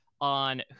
on